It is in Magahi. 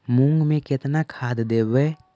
मुंग में केतना खाद देवे?